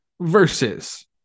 versus